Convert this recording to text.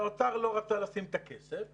האוצר לא רצה לשים את הכסף.